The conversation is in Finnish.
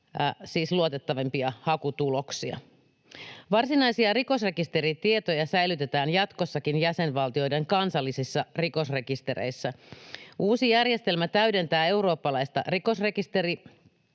siis luotettavimpia hakutuloksia. Varsinaisia rikosrekisteritietoja säilytetään jatkossakin jäsenvaltioiden kansallisissa rikosrekistereissä. Uusi järjestelmä täydentää eurooppalaista